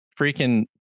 freaking